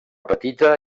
petita